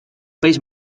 peix